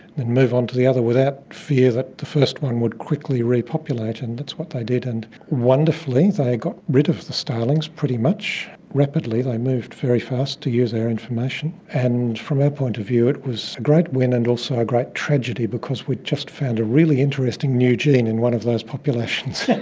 and move on to the other without fear that the first one would quickly repopulate. that's what they did, and wonderfully they got rid of the starlings pretty much rapidly, they moved very fast to use our information. and from our point of view it was a great win and also a great tragedy because we'd just found really interesting new gene in one of those populations.